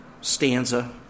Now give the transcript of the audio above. stanza